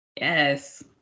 Yes